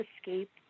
escape